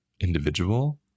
individual